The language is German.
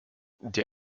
der